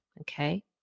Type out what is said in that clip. okay